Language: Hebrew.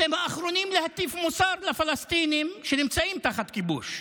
אתם האחרונים להטיף מוסר לפלסטינים שנמצאים תחת כיבוש.